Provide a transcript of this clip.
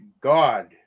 God